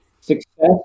success